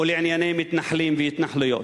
או לענייני מתנחלים והתנחלויות,